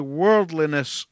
worldliness